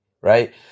right